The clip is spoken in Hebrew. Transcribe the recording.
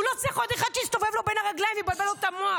הוא לא צריך עוד אחד שיסתובב לו בין הרגליים ויבלבל לו את המוח.